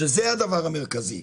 שזה הדבר המרכזי.